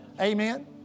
Amen